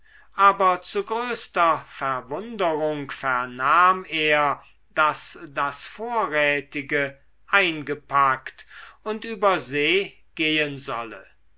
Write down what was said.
aber zu größter verwunderung vernahm er daß das vorrätige eingepackt und über see gehen solle